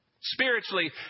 spiritually